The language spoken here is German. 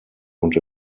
und